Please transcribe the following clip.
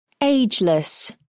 Ageless